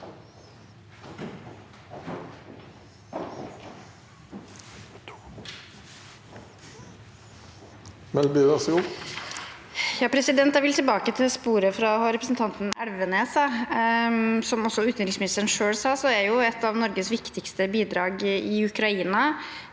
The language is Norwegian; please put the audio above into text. Jeg vil tilbake til sporet fra representanten Elvenes. Som også utenriksministeren sa, er et av Norges viktigste bidrag i Ukraina